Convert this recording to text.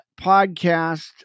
podcast